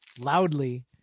loudly